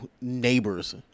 neighbors